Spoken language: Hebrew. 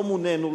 לא מונינו,